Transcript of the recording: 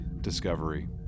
discovery